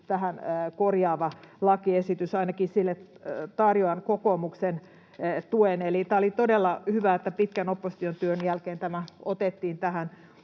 tähän jo korjaava lakiesitys? Ainakin tarjoan sille kokoomuksen tuen. Eli oli todella hyvä, että pitkän oppositiotyön jälkeen tämä otettiin tähän.